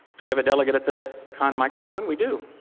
do we have a delegate at the con microphone? we do.